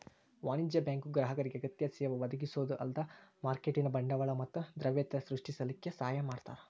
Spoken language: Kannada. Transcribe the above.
ವಾಣಿಜ್ಯ ಬ್ಯಾಂಕು ಗ್ರಾಹಕರಿಗೆ ಅಗತ್ಯ ಸೇವಾ ಒದಗಿಸೊದ ಅಲ್ದ ಮಾರ್ಕೆಟಿನ್ ಬಂಡವಾಳ ಮತ್ತ ದ್ರವ್ಯತೆ ಸೃಷ್ಟಿಸಲಿಕ್ಕೆ ಸಹಾಯ ಮಾಡ್ತಾರ